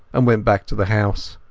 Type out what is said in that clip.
and went back to the house.